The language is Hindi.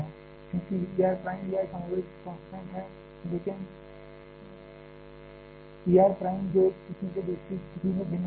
चूंकि E R prime E R कमोवेश कांस्टेंट है लेकिन E R प्राइम जो एक स्थिति से दूसरी स्थिति में भिन्न हो सकता है